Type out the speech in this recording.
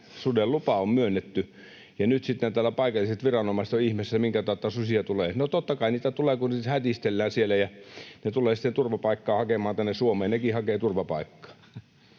suden lupa on myönnetty, ja nyt sitten täällä paikalliset viranomaiset ovat ihmeissään, että minkä tautta susia tulee. No totta kai niitä tulee, kun niitä hätistellään siellä ja ne tulee sitten turvapaikkaa hakemaan tänne Suomeen. Nekin hakevat turvapaikkaa.